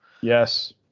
Yes